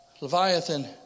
Leviathan